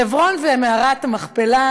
חברון ומערת המכפלה,